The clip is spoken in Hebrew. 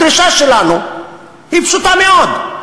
הדרישה שלנו היא פשוטה מאוד,